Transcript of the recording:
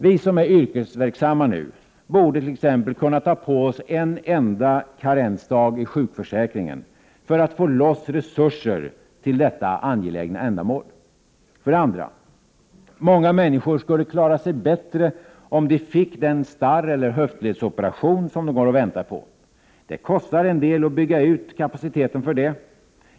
Vi som nu är yrkesverksamma borde t.ex. kunna ta på oss en enda karensdag i sjukförsäkringen för att få loss resurser till detta angelägna ändamål. 2. Många människor skulle klara sig bättre om de fick den starreller höftledsoperation de går och väntar på. Det kostar en del att bygga ut kapaciteten för det.